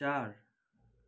चार